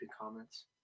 comments